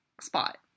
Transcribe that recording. spot